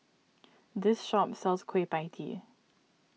this shop sells Kueh Pie Tee